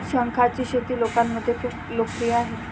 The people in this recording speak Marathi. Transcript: शंखांची शेती लोकांमध्ये खूप लोकप्रिय आहे